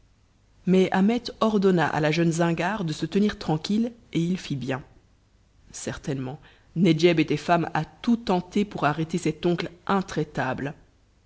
mais ahmet ordonna à la jeune zingare de se tenir tranquille et il fit bien certainement nedjeb était femme à tout tenter pour arrêter cet oncle intraitable